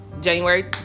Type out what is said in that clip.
January